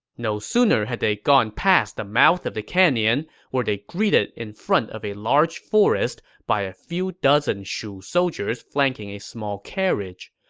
no sooner had they gone past the mouth of canyon were they greeted in front of a large forest by a few dozen shu soldiers flanking a small carriage.